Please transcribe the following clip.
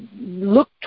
look